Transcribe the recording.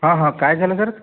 काय झालं सर